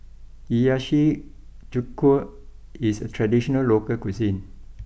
Hiyashi Chuka is a traditional local cuisine